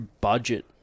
budget